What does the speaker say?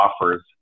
offers